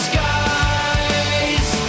Skies